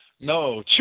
no